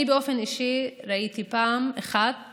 אני באופן אישי ראיתי פעם אחת